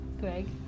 Greg